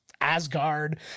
Asgard